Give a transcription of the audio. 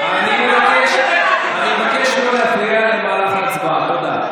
--- אני מבקש לא להפריע למהלך ההצבעה.